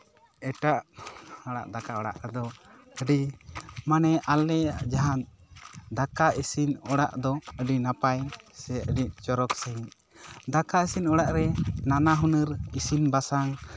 ᱮᱴᱟᱜ ᱦᱚᱲᱟᱜ ᱫᱟᱠᱟ ᱚᱲᱟᱜ ᱫᱚ ᱟᱹᱰᱤ ᱢᱟᱱᱮ ᱟᱞᱮᱭᱟᱜ ᱡᱟᱦᱟᱸ ᱫᱟᱠᱟ ᱤᱥᱤᱱ ᱚᱲᱟᱜ ᱫᱚ ᱟᱹᱰᱤ ᱱᱟᱯᱟᱭ ᱥᱮ ᱟᱹᱰᱤ ᱪᱚᱨᱚᱠ ᱥᱟᱹᱦᱤᱡ ᱫᱟᱠᱟ ᱤᱥᱤᱱ ᱚᱲᱟᱜ ᱨᱮ ᱱᱟᱱᱟ ᱦᱩᱱᱟᱹᱨ ᱤᱥᱤᱱ ᱵᱟᱥᱟᱝ